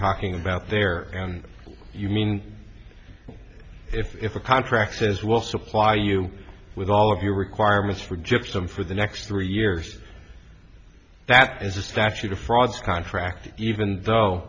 talking about there you mean if a contract says will supply you with all of your requirements for gypsum for the next three years that is a statute of frauds contract even though